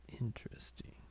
Interesting